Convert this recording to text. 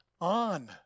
on